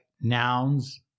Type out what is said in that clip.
nouns